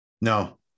No